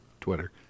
Twitter